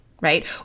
right